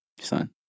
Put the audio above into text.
Son